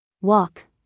Walk